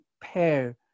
pair